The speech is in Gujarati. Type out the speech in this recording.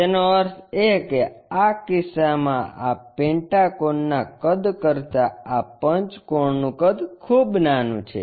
તેનો અર્થ એ કે આ કિસ્સામાં આ પેન્ટાગોનના કદ કરતા આ પંચકોણનું કદ ખૂબ નાનું છે